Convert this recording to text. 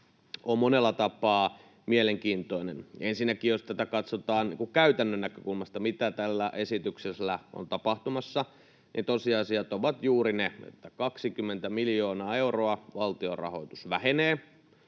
on monella tapaa mielenkiintoinen. Ensinnäkin jos tätä katsotaan käytännön näkökulmasta, mitä tällä esityksellä on tapahtumassa, tosiasia on juuri se, että 20 miljoonaa euroa valtionrahoitus vähenee,